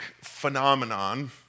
phenomenon